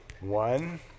One